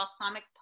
balsamic